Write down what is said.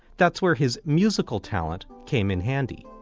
that's where his musical talent came in handy.